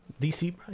DC